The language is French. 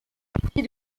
partie